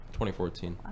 2014